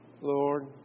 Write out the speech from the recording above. Lord